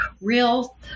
real